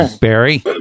Barry